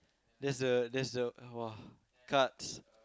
that's the that's the !wah! cards